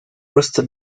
first